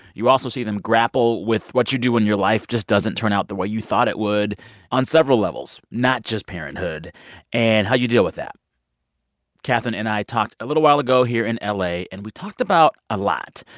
you also see them grapple with what you do when your life just doesn't turn out the way you thought it would on several levels not just parenthood and how you deal with that kathryn and i talked a little while ago here in ah la. and we talked about a lot,